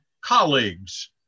colleagues